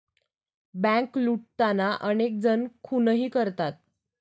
bank लुटताना अनेक जण खूनही करतात